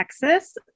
Texas